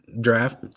draft